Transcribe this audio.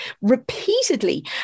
repeatedly